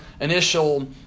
initial